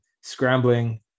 scrambling